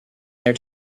their